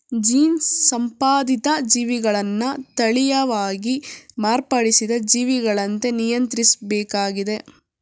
gene ಸಂಪಾದಿತ ಜೀವಿಗಳನ್ನ ತಳೀಯವಾಗಿ ಮಾರ್ಪಡಿಸಿದ ಜೀವಿಗಳಂತೆ ನಿಯಂತ್ರಿಸ್ಬೇಕಾಗಿದೆ